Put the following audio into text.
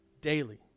daily